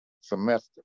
semester